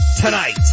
tonight